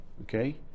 okay